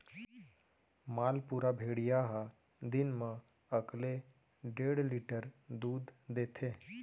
मालपुरा भेड़िया ह दिन म एकले डेढ़ लीटर दूद देथे